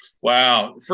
Wow